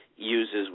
uses